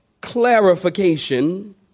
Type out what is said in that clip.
clarification